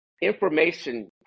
information